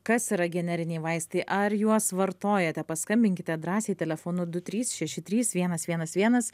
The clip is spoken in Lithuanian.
kas yra generiniai vaistai ar juos vartojate paskambinkite drąsiai telefonu du trys šeši trys vienas vienas vienas